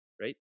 right